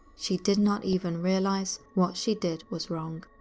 she did not even realise what she did was wrong.